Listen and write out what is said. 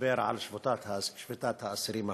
לדבר על שביתת האסירים הפלסטינים.